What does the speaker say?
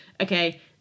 Okay